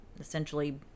essentially